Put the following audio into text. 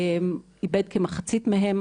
איבד כמחצית מהם,